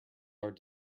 are